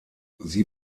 sie